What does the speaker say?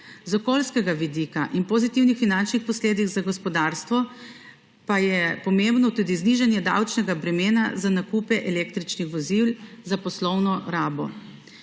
Z okoljskega vidika in pozitivnih finančnih posledic za gospodarstvo pa je pomembno tudi znižanje davčnega bremena za nakupe električnih vozil za poslovno rabo.